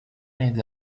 les